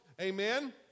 Amen